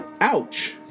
ouch